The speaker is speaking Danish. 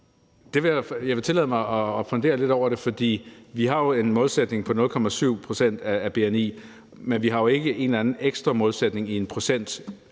Jeg vil tillade mig at fundere lidt over det, for vi har jo en målsætning på 0,7 pct. af bni, men vi har jo ikke en eller anden ekstra procentmålsætning specifikt